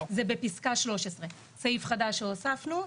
זה בפסקה 13. סעיף חדש שהוספנו.